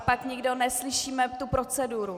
Pak nikdo neslyšíme tu proceduru.